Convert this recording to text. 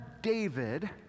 David